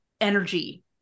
energy